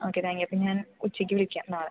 okay thank you അപ്പം ഞാൻ ഉച്ചയ്ക്ക് വിളിക്കാം നാളെ